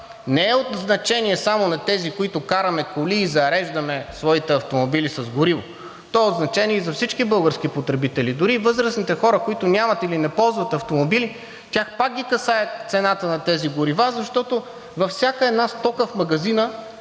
не е от значение само за тези, които караме коли и зареждаме своите автомобили с гориво, то е от значение и за всички български потребители. Дори и възрастните хора, които нямат или не ползват автомобили, тях пак ги касае цената на тези горива, защото във всяка една стока в магазина